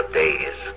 days